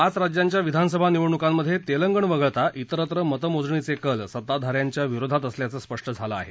पाच राज्यांच्या विधानसभा निवडणुकांमध्ये तेलंगणा वगळता विरत्र मतमोजणीचे कल सत्ताधाऱ्यांच्या विरोधात असल्याचं स्पष्ट झालं आहे